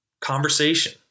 conversation